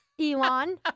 Elon